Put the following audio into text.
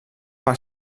per